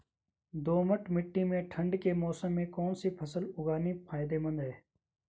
दोमट्ट मिट्टी में ठंड के मौसम में कौन सी फसल उगानी फायदेमंद है?